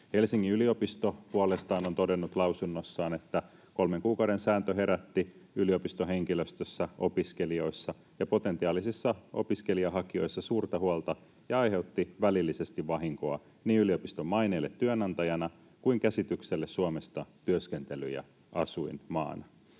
Helsingin yliopisto puolestaan on todennut lausunnossaan, että ”kolmen kuukauden sääntö herätti yliopistohenkilöstössä, opiskelijoissa ja potentiaalisissa opiskelijahakijoissa suurta huolta ja aiheutti välillisesti vahinkoa niin yliopiston maineelle työnantajana kuin käsitykselle Suomesta työskentely- ja asuinmaana”.